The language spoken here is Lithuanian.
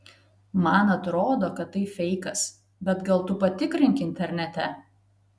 man atrodo kad tai feikas bet gal tu patikrink internete